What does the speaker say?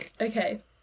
okay